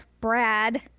Brad